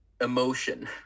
emotion